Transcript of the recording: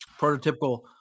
prototypical